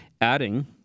adding